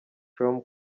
com